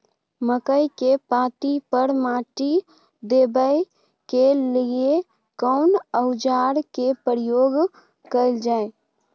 मकई के पाँति पर माटी देबै के लिए केना औजार के प्रयोग कैल जाय?